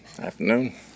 Afternoon